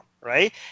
right